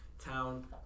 town